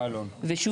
ושוב,